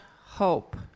hope